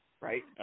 right